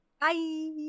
bye